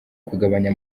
kugabanya